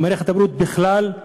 במערכת הבריאות בכלל,